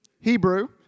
Hebrew